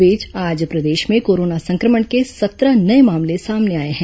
इस बीच आज प्रदेश में कोरोना सं क्र मण के सत्रह नए मामले सामने आए हैं